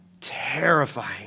terrifying